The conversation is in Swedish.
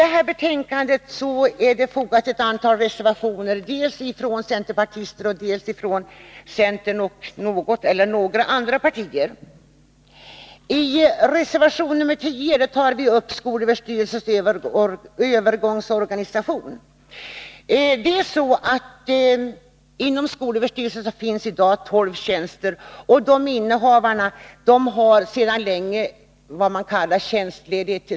Till betänkandet har fogats ett antal reservationer, dels av centerpartister, dels av representanter för centern och något eller några andra partier. Ireservation 10 tar vi upp skolöverstyrelsens övergångsorganisation. Inom SÖ finns i dag tolv tjänster vilkas innehavare sedan länge har vad man kallar tjänstledighet t. v.